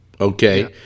Okay